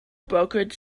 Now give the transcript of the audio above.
brokerage